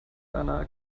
einer